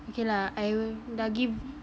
okay lah I will lagi